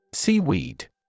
Seaweed